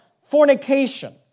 fornication